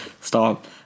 Stop